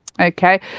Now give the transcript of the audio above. Okay